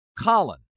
Colin